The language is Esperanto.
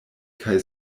kaj